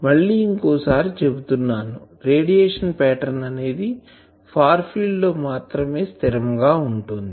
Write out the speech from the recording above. మళ్ళి ఇంకోసారి చెబుతున్నాను రేడియేషన్ పాటర్న్ అనేది ఫార్ ఫీల్డ్ లో మాత్రమే స్థిరంగా ఉంటుంది